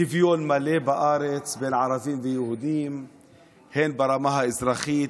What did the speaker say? שוויון מלא בארץ בין ערבים ויהודים הן ברמה האזרחית,